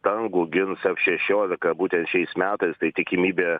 dangų gins ef šešiolika būtent šiais metais tai tikimybė